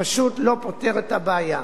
פשוט לא פותר את הבעיה.